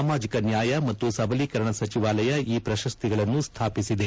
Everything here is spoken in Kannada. ಸಾಮಾಜಿಕ ನ್ಯಾಯ ಮತ್ತು ಸಬಲೀಕರಣ ಸಚಿವಾಲಯ ಈ ಪ್ರಶಸ್ತಿಗಳನ್ನು ಸ್ನಾಪಿಸಿದೆ